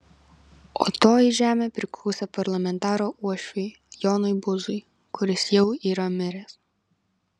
o toji žemė priklausė parlamentaro uošviui jonui buzui kuris jau yra miręs